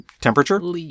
temperature